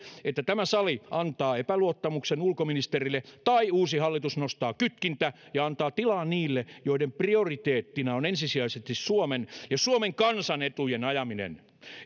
että tämä sali antaa epäluottamuksen ulkoministerille tai uusi hallitus nostaa kytkintä ja antaa tilaa niille joiden prioriteettina on ensisijaisesti suomen ja suomen kansan etujen ajaminen